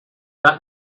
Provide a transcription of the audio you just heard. that